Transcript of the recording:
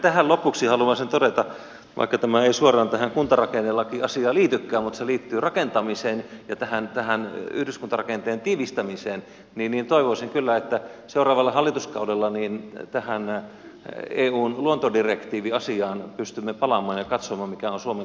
tähän lopuksi haluaisin todeta vaikka tämä ei suoraan tähän kuntarakennelakiasiaan liitykään mutta se liittyy rakentamiseen ja tähän yhdyskuntarakenteen tiivistämiseen että toivoisin kyllä että seuraavalla hallituskaudella tähän eun luontodirektiiviasiaan pystymme palaamaan ja katsomaan mikä on suomen kokonaisedun mukaista